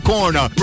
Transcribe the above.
Corner